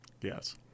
Yes